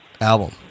album